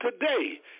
today